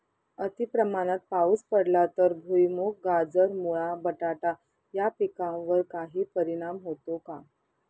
अतिप्रमाणात पाऊस पडला तर भुईमूग, गाजर, मुळा, बटाटा या पिकांवर काही परिणाम होतो का?